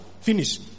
Finish